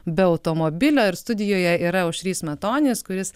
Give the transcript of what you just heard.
be automobilio ir studijoje yra aušrys matonis kuris